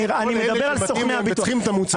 אני מדבר על סוכני הביטוח.